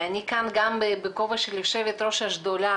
אני כאן גם בכובע של יושבת ראש השדולה